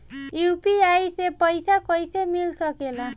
UPI से पइसा कईसे मिल सके ला?